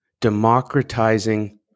democratizing